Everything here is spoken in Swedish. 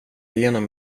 igenom